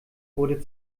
wurde